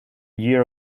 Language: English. year